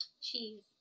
Cheese